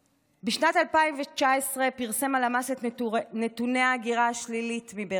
בשנת 2019 פרסמה הלמ"ס את נתוני ההגירה השלילית מבאר שבע: